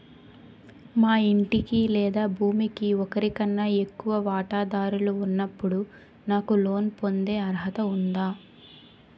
మా ఇంటికి లేదా భూమికి ఒకరికన్నా ఎక్కువ వాటాదారులు ఉన్నప్పుడు నాకు లోన్ పొందే అర్హత ఉందా?